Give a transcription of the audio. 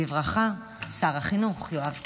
בברכה שר החינוך, יואב קיש.